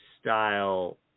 style